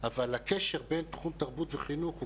אבל הקשר בין תחום תרבות וחינוך הוא